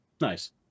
Nice